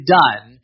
done